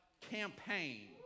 Campaign